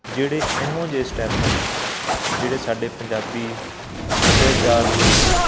ਜਿਹੜੇ ਇਹੋ ਜਿਹੇ ਸਟੈਪ ਹਨ ਜਿਹੜੇ ਸਾਡੇ ਪੰਜਾਬੀ ਸੱਭਿਆਚਾਰ ਦੇ